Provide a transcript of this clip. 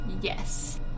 Yes